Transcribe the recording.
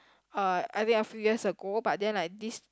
uh I think a few years ago but then like this